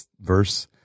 verse